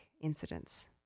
incidents